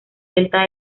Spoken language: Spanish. delta